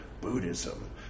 Buddhism